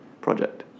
project